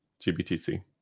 GBTC